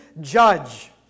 judge